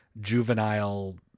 juvenile